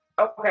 Okay